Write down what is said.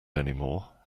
anymore